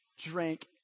Drank